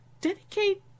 dedicate